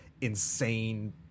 insane